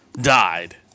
died